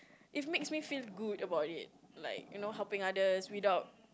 it makes me feel good about it like you know helping others without